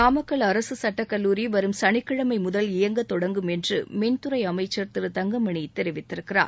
நாமக்கல் அரசு சட்ட கல்லூரி வரும் சனிக்கிழமை முதல் இயங்க தொடங்கும் என்று மின்துறை அமைச்சர் திரு தங்கமணி தெரிவித்திருக்கிறார்